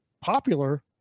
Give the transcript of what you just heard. popular